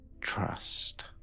trust